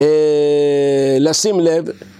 לשים לב.